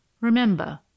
Remember